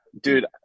dude